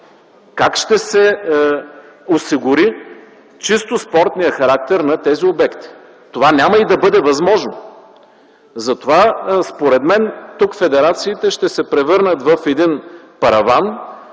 Как ще се осигури чисто спортният характер на тези обекти? Това няма да бъде и възможно. Затова, според мен, тук федерациите ще се превърнат в параван,